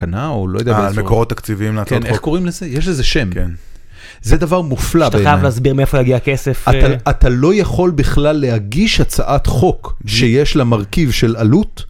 מקורות תקציביים לעצות חוק. כן, איך קוראים לזה? יש לזה שם. זה דבר מופלא. אתה חייב להסביר מאיפה הגיע הכסף. אתה לא יכול בכלל להגיש הצעת חוק, שיש לה מרכיב של עלות.